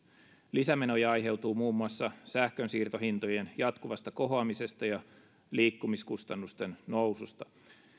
lisämenoja aiheutuu muun muassa sähkön siirtohintojen jatkuvasta kohoamisesta ja liikkumiskustannusten noususta